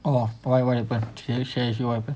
oh boy what happen can you share actually what happpen